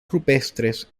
rupestres